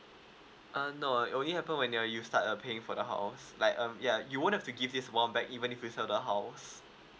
err no it only happen when you err you start a paying for the house like um ya you won't have to give this one back even if you sell the house